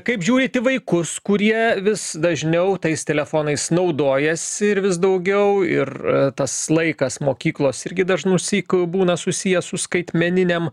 kaip žiūrite į vaikus kurie vis dažniau tais telefonais naudojasi ir vis daugiau ir tas laikas mokyklos irgi dažnusyk būna susiję su skaitmeniniam